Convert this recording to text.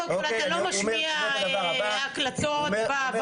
קודם כל, אתה לא משמיע הקלטות בוועדה.